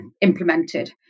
implemented